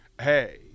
Hey